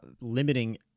limiting